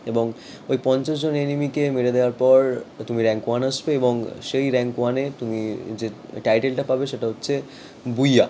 এবং ওই পঞ্চাশজন এনিমিকে মেরে দেওয়ার পর তুমি র্যাঙ্ক ওয়ান আসবে এবং সেই র্যাঙ্ক ওয়ানে তুমি যে টাইটেলটা পাবে সেটা হচ্ছে বুইয়া